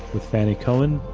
with fannie cohen,